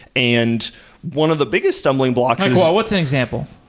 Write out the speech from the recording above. and one of the biggest stumbling blocks what's an example?